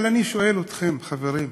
אבל אני שואל אתכם, חברים.